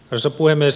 arvoisa puhemies